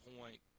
point